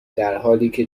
درحالیکه